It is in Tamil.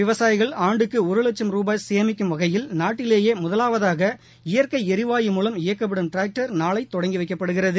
விவசாயிகள் ஆண்டுக்கு ஒரு வட்சம் ரூபாய் சேமிக்கும் வடிகையில் நாட்டிலேயே முதலாவதாக இயற்கை ளிவாயு மூலம் இயக்கப்படும் டிராக்டர் நாளை தொடங்கி வைக்கப்படுகிறது